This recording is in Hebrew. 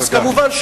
אז כמובן,